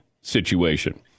situation